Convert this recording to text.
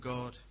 God